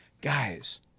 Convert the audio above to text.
guys